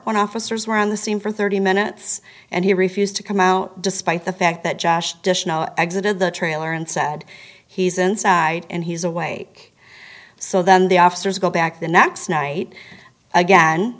when officers were on the scene for thirty minutes and he refused to come out despite the fact that josh exited the trailer and said he's inside and he's awake so then the officers go back the next night again